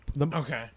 Okay